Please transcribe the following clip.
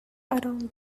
around